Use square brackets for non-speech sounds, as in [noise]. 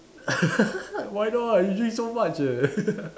[laughs] why not you drink so much leh [laughs]